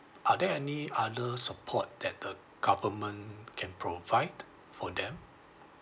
are there any other support that the government can provide for them